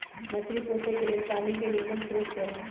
मछरी पोशे के लेल पानी के निम्मन स्रोत चाही